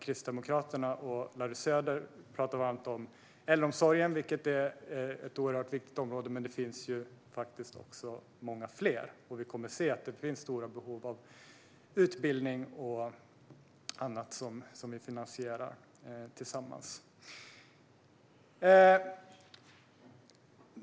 Kristdemokraterna och Larry Söder talar varmt om äldreomsorgen, vilket är ett oerhört viktigt område, men det finns ju många fler, och det finns stora behov av utbildning och annat som vi finansierar tillsammans.